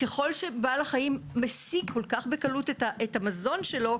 ככל שבעל החיים משיג כל כך בקלות את המזון שלו,